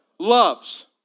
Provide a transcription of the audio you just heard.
loves